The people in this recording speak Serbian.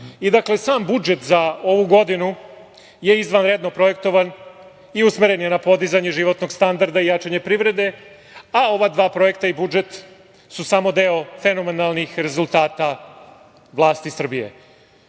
Dakle, sam budžet za ovu godinu je izvanredno projektovan i usmeren je na podizanje životnog standarda i jačanje privrede, a ova dva projekta i budžet su samo deo fenomenalnih rezultata vlasti Srbije. Kratko